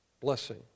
blessing